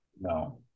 No